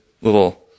little